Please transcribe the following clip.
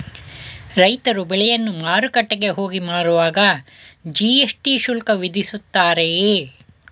ರೈತರು ಬೆಳೆಯನ್ನು ಮಾರುಕಟ್ಟೆಗೆ ಹೋಗಿ ಮಾರುವಾಗ ಜಿ.ಎಸ್.ಟಿ ಶುಲ್ಕ ವಿಧಿಸುತ್ತಾರೆಯೇ?